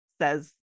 says